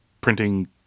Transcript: printing